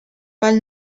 pel